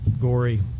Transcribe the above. Gory